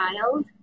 child